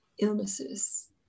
illnesses